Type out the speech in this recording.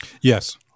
yes